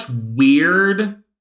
weird